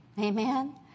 Amen